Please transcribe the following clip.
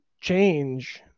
change